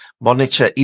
Monitor